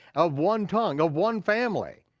of one tongue, of one family,